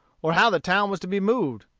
or how the town was to be moved.